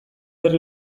herri